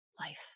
life